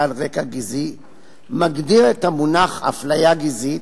על רקע גזעי מגדיר את המונח "אפליה גזעית"